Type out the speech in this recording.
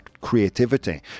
creativity